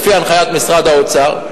לפי הנחיית משרד האוצר,